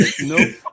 nope